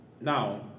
now